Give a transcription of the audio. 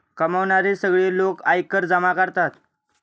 कमावणारे सगळे लोक आयकर जमा करतात